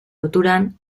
loturan